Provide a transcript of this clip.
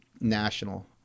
national